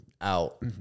out